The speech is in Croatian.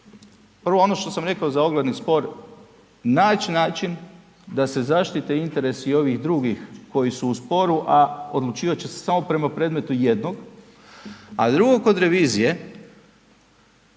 prvo ono što sam reko za ogledni spor, naći način da se zaštite interesi i ovih drugih koji su u sporu, a odlučivat će se samo prema predmetu jednog, a drugo kod revizije